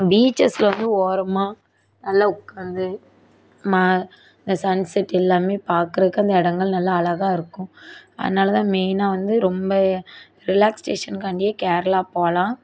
பீச்சஸ்ல வந்து ஓரமாக நல்லா உட்காந்து இந்த சன்செட் எல்லாம் பாக்குறதுக்கு அந்த இடங்கள் நல்லா அழகா இருக்கும் அதனால் தான் மெயினாக வந்து ரொம்ப ரிலாக்ஸ்சேஷனுக்கான்டியே கேரளா போகலாம்